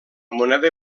moneda